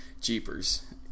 Jeepers